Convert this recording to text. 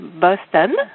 Boston